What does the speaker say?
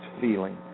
feeling